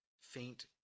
faint